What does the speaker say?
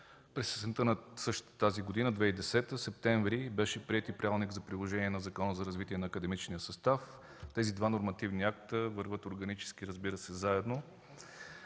През есента на същата 2010 г., през септември беше приет и Правилник за приложение на Закона за развитие на академичния състав. Тези два нормативни акта вървят органически заедно.